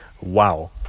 wow